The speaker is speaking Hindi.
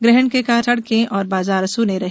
ग्रहण के कारण सड़के और बाजार सूने रहे